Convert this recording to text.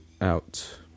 out